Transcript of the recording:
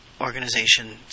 Organizations